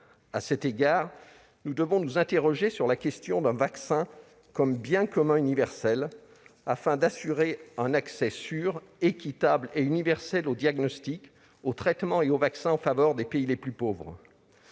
À cet égard, nous devons nous interroger sur la conception des vaccins comme biens communs universels, de manière à assurer un accès sûr, équitable et universel aux diagnostics, aux traitements et aux vaccins en faveur des pays les plus pauvres.